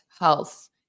health